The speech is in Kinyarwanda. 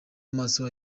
amaso